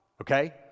okay